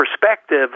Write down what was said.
perspective